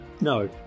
No